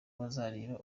bazareba